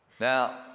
Now